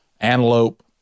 antelope